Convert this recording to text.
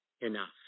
Enough